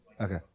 okay